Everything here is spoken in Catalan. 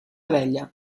vella